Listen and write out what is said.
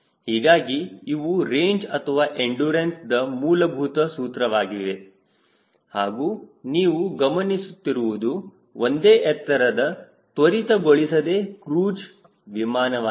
ಹೀಗಾಗಿ ಇವು ರೇಂಜ್ ಅಥವಾ ಎಂಡುರನ್ಸ್ದ ಮೂಲಭೂತ ಸೂತ್ರವಾಗಿದೆ ಹಾಗೂ ನೀವು ಗಮನಿಸುತ್ತಿರುವುದು ಒಂದೇ ಎತ್ತರದ ತ್ವರಿತಗೊಳಿಸದ ಕ್ರೂಜ್ ವಿಮಾನ ವಾಗಿದೆ